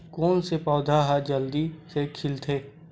कोन से पौधा ह जल्दी से खिलथे?